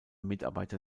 mitarbeiter